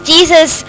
Jesus